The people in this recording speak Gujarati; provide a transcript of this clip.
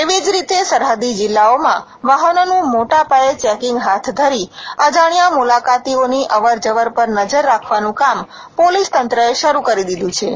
એવી જ રીતે સરહદી જિલ્લાઓમાં વાહનોનું મોટા પાયે ચેકીંગ હાથ ધરી અજાણ્યા મુલાકાતીઓની અવર જવર પર નજર રાખવાનું કામ પોલીસતંત્રએ શરુ કરી દીધું છે